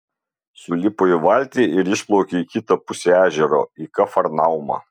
sulipo į valtį ir išplaukė į kitą pusę ežero į kafarnaumą